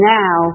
now